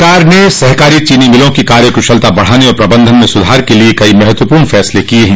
सरकार ने सहकारी चीनी मिलों की कार्यकुशलता बढ़ाने और प्रबंधन में सुधार लाने के लिए कई महत्वपूर्ण फैसले लिये हैं